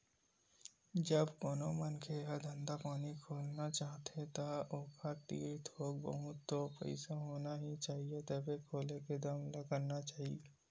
जब कोनो मनखे ह धंधा पानी खोलना चाहथे ता ओखर तीर थोक बहुत तो पइसा होना ही चाही तभे खोले के दम ल करना चाही